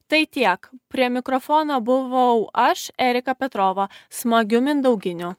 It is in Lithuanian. tai tiek prie mikrofono buvau aš erika petrova smagių mindauginių